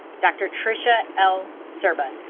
dr. tricia l. scerba